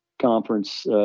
conference